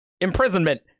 imprisonment